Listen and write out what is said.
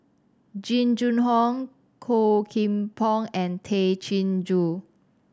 Jing Jun Hong Low Kim Pong and Tay Chin Joo